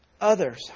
others